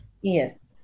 yes